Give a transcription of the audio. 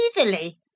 easily